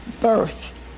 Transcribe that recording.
birth